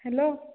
hello